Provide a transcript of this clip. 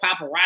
paparazzi